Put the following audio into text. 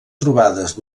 trobades